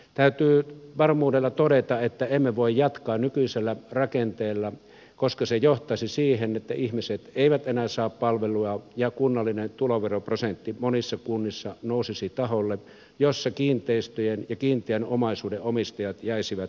täytyy varmuudella todeta että emme voi jatkaa nykyisellä rakenteella koska se johtaisi siihen että ihmiset eivät enää saa palveluja ja kunnallinen tuloveroprosentti monissa kunnissa nousisi tasolle jolla kiinteistöjen ja kiinteän omaisuuden omistajat jäisivät panttivangeiksi